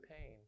pain